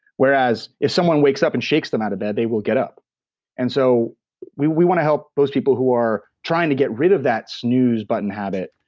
whereas, if someone wakes up and shakes them out of bed, they will get up and so we we want to help those people who are trying to get rid of that snooze button habit.